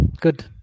good